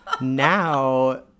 Now